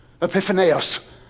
epiphaneos